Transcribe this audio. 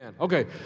Okay